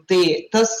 tai tas